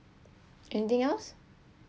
anything else